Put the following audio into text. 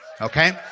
Okay